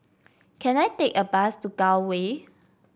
can I take a bus to Gul Way